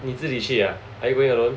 你自己去啊 are you going alone